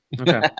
Okay